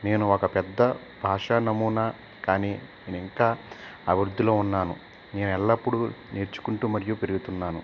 నేను ఒక పెద్ద పాషా నమూనా కానీ నేను ఇంకా అభివృద్ధిలో ఉన్నాను నేను ఎల్లప్పుడూ నేర్చుకుంటూ మరియు పెరుగుతున్నాను